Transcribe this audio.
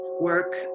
work